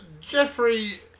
Jeffrey